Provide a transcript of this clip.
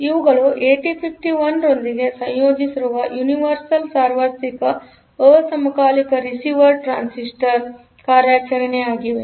ಇವುಗಳು 8051 ಇದರೊಂದಿಗೆ ಸಂಯೋಜಿಸಿರುವ ಯೂನಿವರ್ಸಲ್ ಸಾರ್ವತ್ರಿಕ ಅಸಮಕಾಲಿಕ ರಿಸೀವರ್ ಟ್ರಾನ್ಸ್ಮಿಟರ್ ಕಾರ್ಯಾಚರಣೆಯಾಗಿವೆ